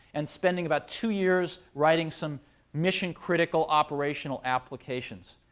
and spending about two years writing some mission-critical operational applications.